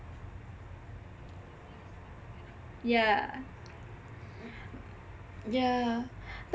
yah yah